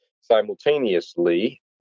Simultaneously